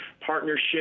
partnership